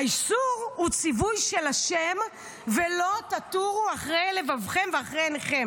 האיסור הוא ציווי של השם 'ולא תתורו אחרי לבבכם ואחרי עיניכם'.